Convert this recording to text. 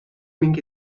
اینکه